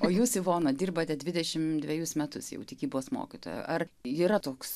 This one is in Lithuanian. o jūs ivona dirbate dvidešimt dvejus metus jau tikybos mokytoja ar ji yra toks